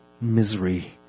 misery